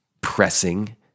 pressing